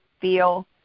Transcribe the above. feel